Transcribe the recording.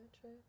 true